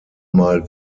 mal